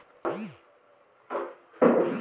ఎన్ని సంవత్సరాలకు కొబ్బరి పంట కాపుకి వస్తుంది?